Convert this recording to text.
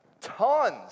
Tons